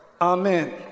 Amen